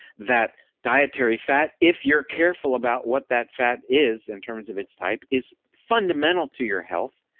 that dietary fat if you're careful about what that fat is in terms of its type, is fundamental to your health.